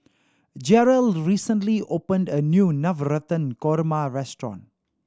Jerel recently opened a new Navratan Korma restaurant